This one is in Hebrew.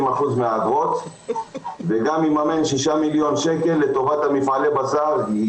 אחוזים מהאגרות וגם יממן שישה מיליון שקלים לטובת מפעלי הבשר כי